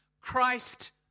Christ